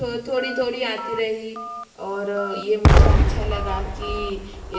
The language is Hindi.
थोड़ी थोड़ी आती रही और ये मुझे अच्छा लगा कि